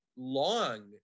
Long